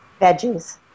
Veggies